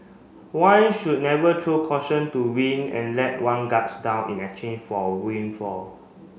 one should never throw caution to wind and let one guards down in exchange for windfall